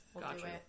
Gotcha